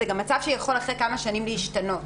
זה גם מצב שיכול אחרי כמה שנים להשתנות,